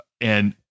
And-